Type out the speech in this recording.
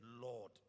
Lord